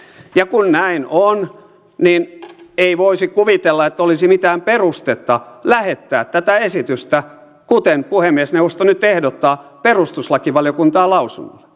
ja kun näin on niin ei voisi kuvitella että olisi mitään perustetta lähettää tätä esitystä kuten puhemiesneuvosto nyt ehdottaa perustuslakivaliokuntaan lausunnolle